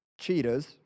Cheetah's